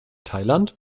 thailand